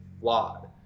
flawed